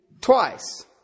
twice